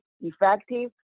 effective